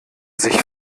sich